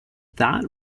that